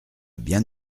bien